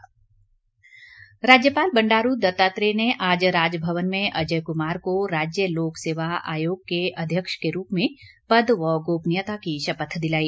शपथ राज्यपाल बंडारू दत्तात्रेय ने आज राजभवन में अजय कुमार को राज्य लोक सेवा आयोग के अध्यक्ष के रूप में पद व गोपनीयता की शपथ दिलाई